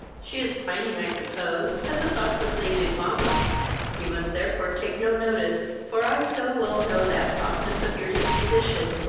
she is pining, i suppose, at the thoughts of leaving mamma you must therefore take no notice, for i so well know that softness of your disposition,